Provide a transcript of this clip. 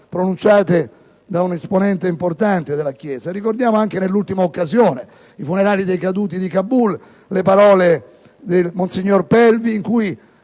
pronunciate da un importante esponente della Chiesa. Ricordiamo anche nell'ultima occasione, i funerali dei caduti di Kabul, le parole di monsignor Pelvi, che